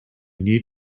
need